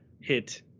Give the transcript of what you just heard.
hit